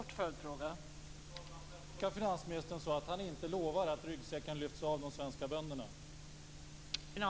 Fru talman! Får jag tolka finansministern så att han inte lovar att ryggsäcken lyfts av de svenska bönderna?